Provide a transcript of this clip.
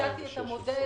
המודל